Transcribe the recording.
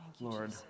Lord